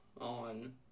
on